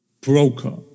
broker